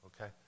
Okay